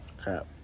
crap